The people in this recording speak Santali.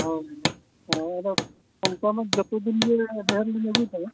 ᱦᱳᱭ ᱦᱳᱭ ᱟᱫᱚ ᱚᱱᱠᱟ ᱫᱚ ᱡᱚᱛᱚ ᱫᱤᱱ ᱜᱮ ᱟᱹᱜᱩᱭ ᱛᱟᱭᱟ